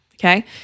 Okay